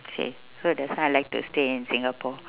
safe so that's why I like to stay in singapore